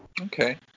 okay